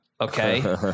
Okay